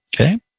okay